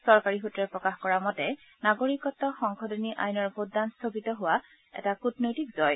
চৰকাৰী সূত্ৰই প্ৰকাশ কৰা মতে নাগৰিকত্ব সংশোধনী আইনৰ ভোটদান স্থগিত হোৱা কূটনৈতিক জয়